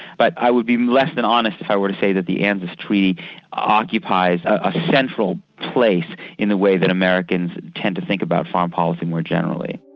but i would be less than honest if i were to say that the anzus treaty occupies a central place in the way that americans tend to think about foreign policy more generally.